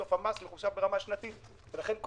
בסוף המס מחושב ברמה שנתית ולכן,